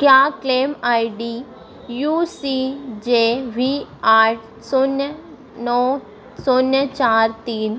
क्या claim I D U C J V आठ शून्य नौ शून्य चार तीन